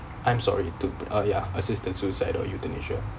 I'm sorry you took uh ya assisted suicide or euthanasia